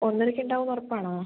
ഒന്നരക്കിണ്ടാവുന്ന് ഉറപ്പാണോ